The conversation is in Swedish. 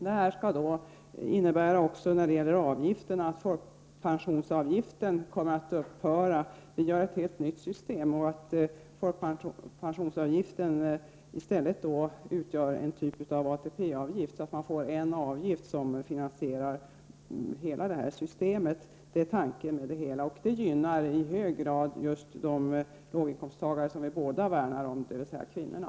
Det skall också när det gäller avgifterna innebära att folkpensionsavgiften skall försvinna. Vi gör ett helt nytt system. Folkpensionsavgiften utgör i stället en typ av ATP-avgift, så att vi får en enda avgift som finansierar hela detta system. Det är alltså det som är tanken bakom det hela, och det gynnar i hög grad just de låginkomsttagare som vi båda värnar om, dvs. kvinnorna.